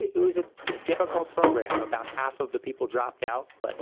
it was a difficult program. about half of the people dropped out, but